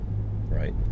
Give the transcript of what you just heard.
right